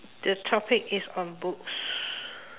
the topic is on books